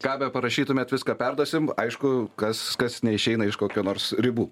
ką parašytumėt viską perduosim aišku kas kas neišeina iš kokio nors ribų